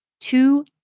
two